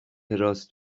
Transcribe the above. راست